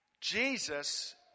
Jesus